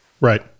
Right